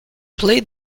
played